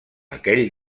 aquell